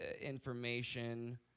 information